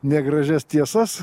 negražias tiesas